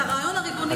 את הרעיון הריבוני.